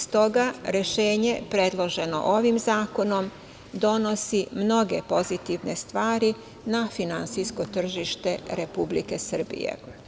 Stoga rešenje predloženo ovim zakonom donosi mnoge pozitivne stvari na finansijsko tržište Republike Srbije.